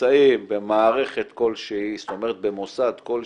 שנמצאים במערכת כלשהי, במוסד כלשהו.